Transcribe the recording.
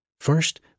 First